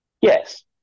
yes